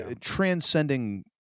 transcending